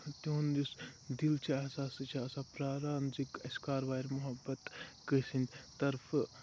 تُہُند یُس دِل چھُ آسان سُہ چھُ آسان پیاران زِ اَسہِ کر واتہِ مُحبت کٲنسہِ ہندۍ طرفہٕ